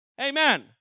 Amen